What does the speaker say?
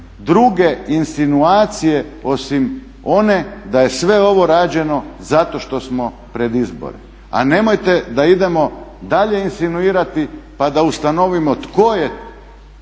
druge insinuacije osim one da je sve ovo rađeno zato što smo pred izbore. A nemojte da idemo dalje insinuirati pa da ustanovimo tko je